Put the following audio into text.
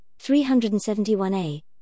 371a